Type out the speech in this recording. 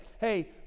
hey